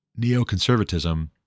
neoconservatism